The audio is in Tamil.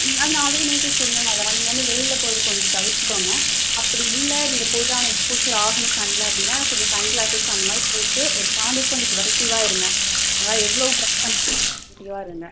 நான் தான் ஆல்ரெடி நேற்றே சொன்னேன்லம்மா நீங்கள் வந்து வெயிலில் போகிறத நீங்கள் கொஞ்சம் தவிர்த்துக்கோங்க அப்படி இல்லை நீங்கள் போயிதான் எக்ஸ்போஷர் ஆகணும் சன்னில் அப்படின்னா கொஞ்சம் சன் கிளாஸஸ் அந்தமாதிரி போட்டு ஒரு செவன் டேஸ் கொஞ்சம் ப்ரொடெக்டிவ்வாக இருங்க உங்களால் எவ்வளோவு ப்ரொடெக்ட் பண்ணிக்க ப்ரொடெக்டிவ்வாக இருங்கள்